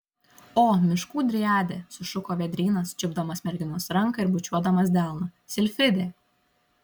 o miškų driade sušuko vėdrynas čiupdamas merginos ranką ir bučiuodamas delną silfide